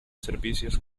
servicios